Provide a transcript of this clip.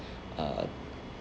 err